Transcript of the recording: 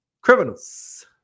Criminals